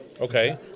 Okay